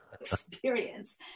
experience